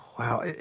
Wow